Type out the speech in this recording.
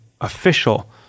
official